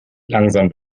langsam